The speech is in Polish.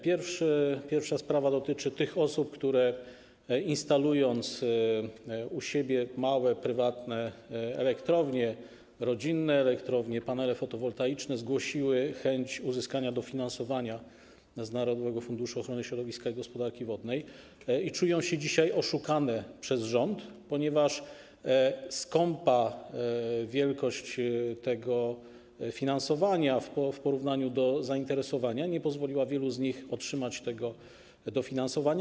Pierwsza sprawa dotyczy tych osób, które instalując u siebie małe, prywatne elektrownie, rodzinne elektrownie, panele fotowoltaiczne, zgłosiły chęć uzyskania dofinansowania z Narodowego Funduszu Ochrony Środowiska i Gospodarki Wodnej i czują się dzisiaj oszukane przez rząd, ponieważ skąpa wielkość tego finansowania w porównaniu z zainteresowaniem nie pozwoliła wielu z nich otrzymać tego dofinansowania.